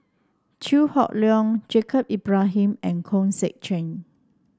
Chew Hock Leong Yaacob Ibrahim and Hong Sek Chern